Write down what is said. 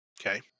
Okay